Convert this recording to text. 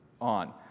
on